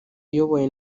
iyobowe